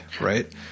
right